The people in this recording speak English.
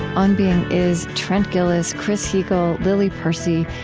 on being is trent gilliss, chris heagle, lily percy,